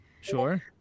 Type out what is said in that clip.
Sure